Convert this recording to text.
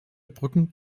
brücken